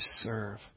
serve